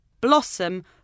Blossom